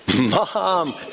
Mom